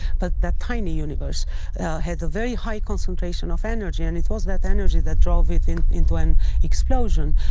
but that tiny universe had a very high concentration of energy and it was that energy that drove it and into an explosion.